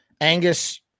Angus